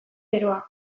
beroa